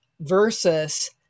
versus